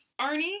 Arnie